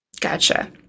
Gotcha